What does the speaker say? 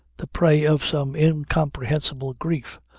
the prey of some incomprehensible grief,